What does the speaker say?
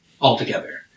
altogether